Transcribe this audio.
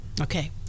okay